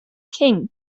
king